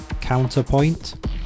Counterpoint